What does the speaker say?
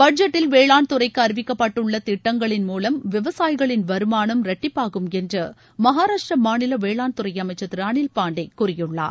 பட்ஜெட்டில் வேளாண்துறைக்குஅறிவிக்கப்பட்டுள்ளதிட்டங்களின் மூலம் விவசாயிகளின் வருமானம் இரட்டிப்பாகும் என்றுமகாராஷ்டிரமாநிலவேளாண்துறைஅமைச்சர் திருஅனில் பாண்டேகூறியுள்ளார்